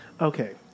Okay